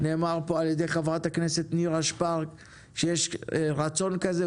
נאמר על ידי חברת הכנסת נירה שפק שיש רצון כזה,